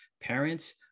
parents